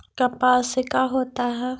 कपास से का होता है?